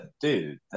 Dude